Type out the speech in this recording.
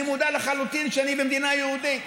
מודע לחלוטין לכך שאני במדינה יהודית.